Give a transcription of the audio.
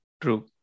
true